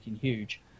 huge